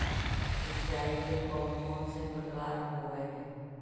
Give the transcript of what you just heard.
सिंचाई के कौन कौन से प्रकार होब्है?